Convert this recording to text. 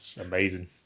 amazing